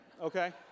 okay